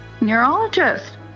neurologist